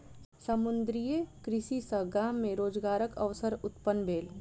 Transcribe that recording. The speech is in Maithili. समुद्रीय कृषि सॅ गाम मे रोजगारक अवसर उत्पन्न भेल